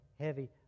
heavy